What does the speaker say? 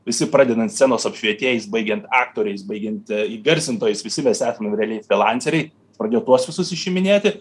visi pradedant scenos apšvietėjais baigiant aktoriais baigiant įgarsintojais visi mes esam realiai frylanceriai pradėjo tuos visus išiminėti